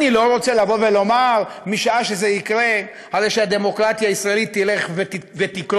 אני לא רוצה לומר שמשעה שזה יקרה הדמוקרטיה הישראלית תלך ותקרוס.